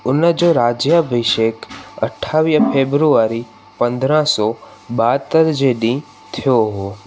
उनजो राज्यभिषेक अठावीह फेबरुवरी पंद्रहं सौ ॿहतरि जे ॾींहुं थियो हो